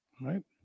right